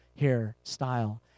hairstyle